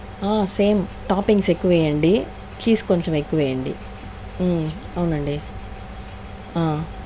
same toppings ఎక్కువేయండి cheese కొంచెం ఎక్కువేయండి అవునండి